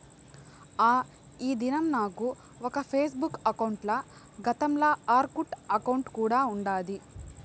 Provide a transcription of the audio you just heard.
ఆ, ఈ దినం నాకు ఒక ఫేస్బుక్ బుక్ అకౌంటల, గతంల ఆర్కుట్ అకౌంటు కూడా ఉన్నాది